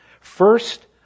first